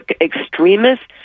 extremists